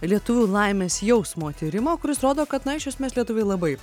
lietuvių laimės jausmo tyrimą kuris rodo kad na iš esmės lietuviai labai